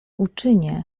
uczynię